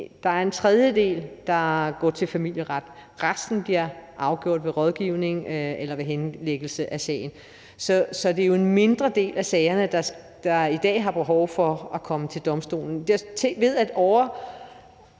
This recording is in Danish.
er der en tredjedel, der går til familieretten. Resten blev afgjort ved rådgivning eller ved henlæggelse af sagen. Så det er jo en mindre del af sagerne, der i dag har behov for at komme til domstolen.